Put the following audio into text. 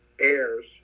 heirs